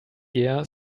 year